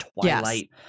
twilight